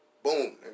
Boom